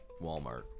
Walmart